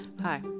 hi